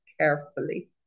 carefully